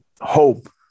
hope